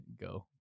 go